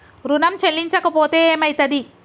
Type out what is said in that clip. ఋణం చెల్లించకపోతే ఏమయితది?